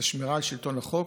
וזה השמירה על שלטון החוק,